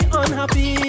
unhappy